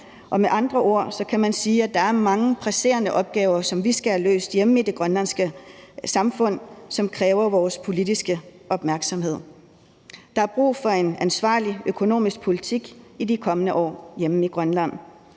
Med andre ord kan man sige, at der er mange presserende opgaver, som vi skal have løst hjemme i det grønlandske samfund, og som kræver vores politiske opmærksomhed. Der er brug for en ansvarlig økonomisk politik i de kommende år hjemme i Grønland,